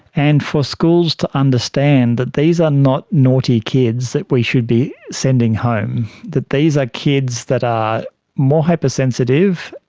and for schools to understand that these are not naughty kids that we should be sending home, that these are kids that are more hypersensitive,